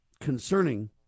concerning